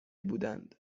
بودند